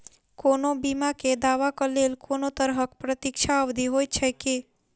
कोनो बीमा केँ दावाक लेल कोनों तरहक प्रतीक्षा अवधि होइत छैक की?